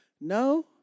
no